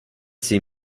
see